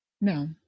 No